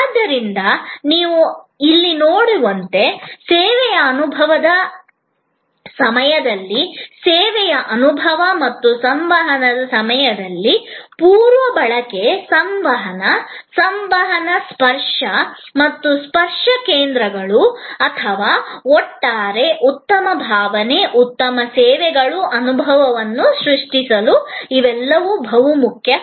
ಆದ್ದರಿಂದ ನೀವು ಇಲ್ಲಿ ನೋಡುವಂತೆ ಸೇವೆಯ ಅನುಭವದ ಸಮಯದಲ್ಲಿ ಸೇವೆಯ ಅನುಭವ ಮತ್ತು ಸಂವಹನದ ಸಮಯದಲ್ಲಿ ಪೂರ್ವ ಬಳಕೆ ಸಂವಹನ ಸಂವಹನ ಮತ್ತು ಸ್ಪರ್ಶ ಕೇಂದ್ರಗಳು ಅಥವಾ ಒಟ್ಟಾರೆ ಉತ್ತಮ ಭಾವನೆ ಉತ್ತಮ ಸೇವೆಗಳು ಅನುಭವವನ್ನು ಸೃಷ್ಟಿಸಲು ಇವೆಲ್ಲವೂ ಬಹಳ ಮುಖ್ಯ